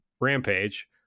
Rampage